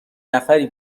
نفری